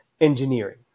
engineering